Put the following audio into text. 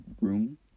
room